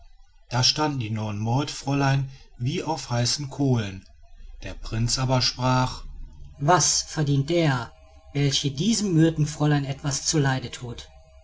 da standen die neun mordfräulein wie auf heißen kohlen der prinz aber sprach was verdient der welche diesem myrtenfräulein etwas zu leide tut